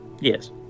Yes